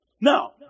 Now